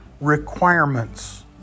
requirements